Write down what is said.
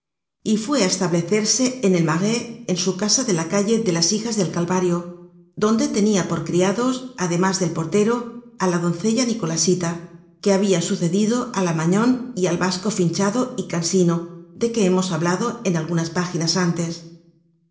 y fué á establecerse en el marais en su casa de la calle de las hijas del calvario donde tenia por criados además del portero á la doncella nicolasita que habia sucedido á la magnon y al vasco finchado y cansino de que hemos hablado algunas páginas antes